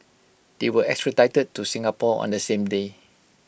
they were extradited to Singapore on the same day